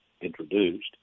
introduced